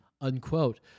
unquote